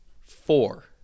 Four